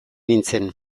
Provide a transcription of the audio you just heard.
nintzen